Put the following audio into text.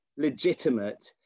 legitimate